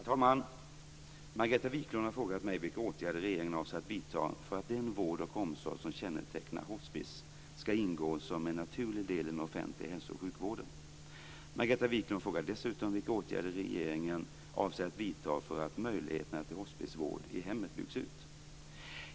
Herr talman! Margareta Viklund har frågat mig vilka åtgärder regeringen avser att vidta för att den vård och omsorg som kännetecknar hospis skall ingå som en naturlig del i den offentliga hälso och sjukvården. Margareta Viklund frågar dessutom vilka åtgärder regeringen avser att vidta för att möjligheterna till hospisvård i hemmet byggs ut.